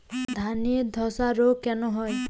ধানে ধসা রোগ কেন হয়?